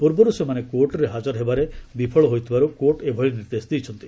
ପୂର୍ବରୁ ସେମାନେ କୋର୍ଟରେ ହାଜର ହେବାରେ ବିଫଳ ହୋଇଥିବାରୁ କୋର୍ଟ ଏଭଳି ନିର୍ଦ୍ଦେଶ ଦେଇଛନ୍ତି